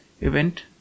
event